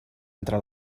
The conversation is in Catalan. entre